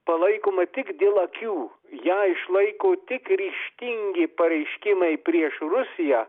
palaikoma tik dėl akių ją išlaiko tik ryžtingi pareiškimai prieš rusiją